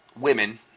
Women